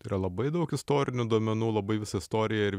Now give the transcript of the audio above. yra labai daug istorinių duomenų labai visa istorija ir